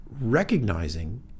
recognizing